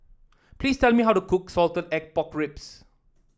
please tell me how to cook Salted Egg Pork Ribs